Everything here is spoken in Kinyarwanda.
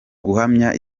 guhamya